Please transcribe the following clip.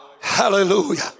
hallelujah